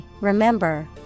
remember